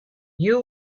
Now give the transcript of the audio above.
you